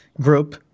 group